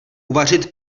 uvařit